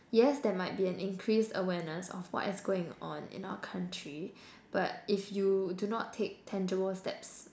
yes there might be an increased awareness of what is going on in our country but if you do not take tangible steps